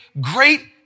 great